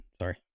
Sorry